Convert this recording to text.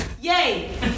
yay